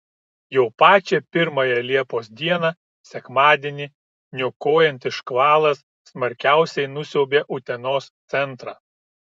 jau pačią pirmąją liepos dieną sekmadienį niokojantis škvalas smarkiausiai nusiaubė utenos centrą